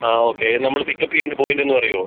ആ ഓക്കെ നമ്മൾ പിക്കപ്പ് ചെയ്യേണ്ട പോയിൻറ്റൊന്ന് പറയാമോ